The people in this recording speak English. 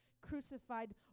crucified